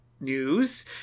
news